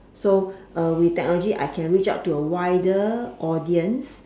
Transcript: so with technology I can reach out to a wider audience